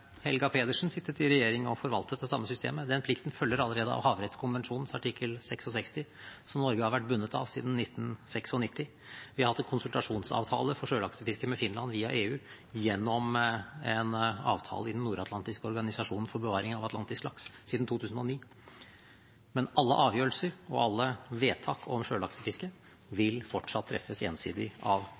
sittet i regjering og forvaltet det samme systemet. Den plikten følger allerede av havrettskonvensjonens artikkel 66, som Norge har vært bundet av siden 1996. Vi har hatt en konsultasjonsavtale for sjølaksefiske med Finland via EU gjennom en avtale i Den nordatlantiske laksevernorganisasjonen for bevaring av atlantisk laks siden 2009. Men alle avgjørelser og vedtak om sjølaksefisket vil fortsatt treffes ensidig av